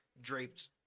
draped